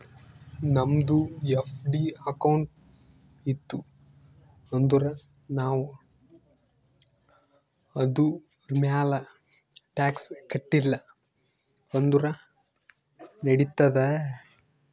ನಮ್ದು FD account ಇತ್ತು ಅಂದುರ್ ನಾವ್ ಅದುರ್ಮ್ಯಾಲ್ ಟ್ಯಾಕ್ಸ್ ಕಟ್ಟಿಲ ಅಂದುರ್ ನಡಿತ್ತಾದ್